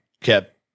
kept